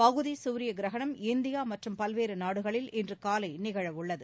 பகுதி சூரிய கிரகணம் இந்தியா மற்றும் பல்வேறு நாடுகளில் இன்று காலை நிகழவுள்ளது